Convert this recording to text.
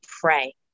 pray